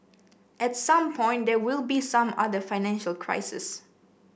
at some point there will be some other financial crises